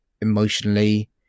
emotionally